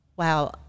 wow